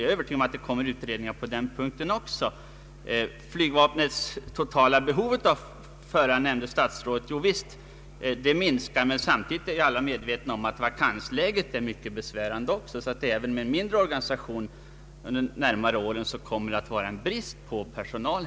Jag förmodar att det kommer utredningar även på den punkten. Statsrådet nämnde flygvapnets totala behov av förare. Det är riktigt att det minskar genom organisationsförändringar, men samtidigt är vakansläket mycket besvärande. även med en mindre organisation under de närmaste åren kommer det därför att råda brist på förarpersonal.